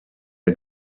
der